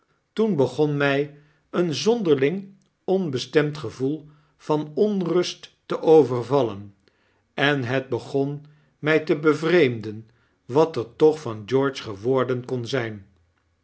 toen begon my een zonderling onbestemd gevoel van onrust te overvallen en het begon my tebevreemden wat er toch van george geworden kon zyn